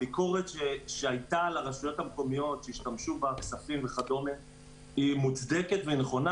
הביקורת שהייתה על הרשויות המקומיות שהשתמשו בכספים היא מוצדקת ונכונה,